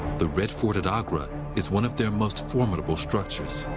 the red fort at agra is one of their most formidable structures.